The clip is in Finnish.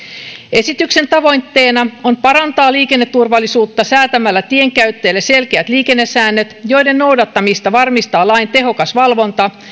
esityksen tavoitteena on parantaa liikenneturvallisuutta säätämällä tienkäyttäjille selkeät liikennesäännöt joiden noudattamista varmistaa lain tehokas valvonta